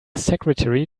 secretary